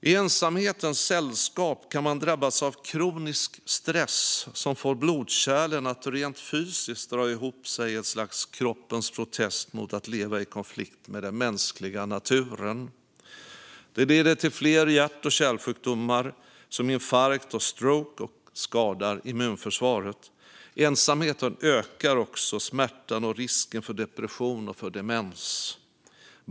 I ensamhetens sällskap kan man drabbas av kronisk stress som får blodkärlen att rent fysiskt dra ihop sig i ett slags kroppens protest mot att leva i konflikt med den mänskliga naturen. Det leder till fler hjärt och kärlsjukdomar som infarkt och stroke och skadar immunförsvaret. Ensamheten ökar också smärtan och risken för depression och demens.